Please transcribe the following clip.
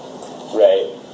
Right